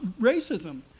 racism